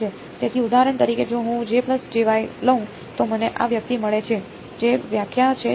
તેથી ઉદાહરણ તરીકે જો હું લઉં તો મને આ વ્યક્તિ મળે છે જે વ્યાખ્યા છે